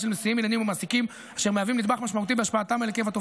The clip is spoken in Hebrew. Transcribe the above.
הנתונים לכיבוש שלך,